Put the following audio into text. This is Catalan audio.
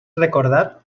recordat